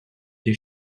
des